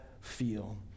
feel